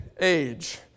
age